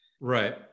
Right